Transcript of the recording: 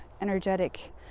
energetic